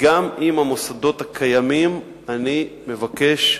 גם עם המוסדות הקיימים אני מבקש,